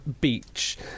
Beach